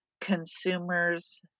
consumers